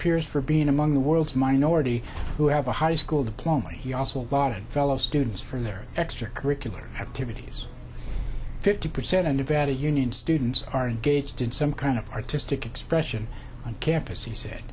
peers for being among the world's minority who have a high school diploma he also wanted fellow students from their extracurricular activities fifty percent undervalue union students are engaged in some kind of artistic expression on campus he said